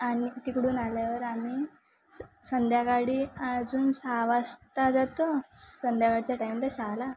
आणि तिकडून आल्यावर आम्ही स संध्याकाळी अजून सहा वाजता जातो संध्याकाळच्या टाईमला सहाला